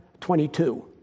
22